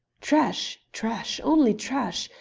trash! trash! only trash,